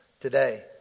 today